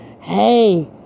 hey